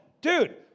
dude